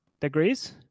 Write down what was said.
degrees